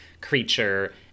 creature